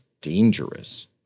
dangerous